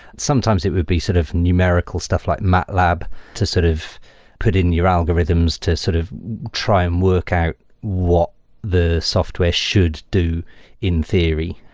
sometimes it would be sort of numerical stuff like matlab to sort of put in your algorithms to of try and workout what the software should do in theory,